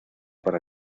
para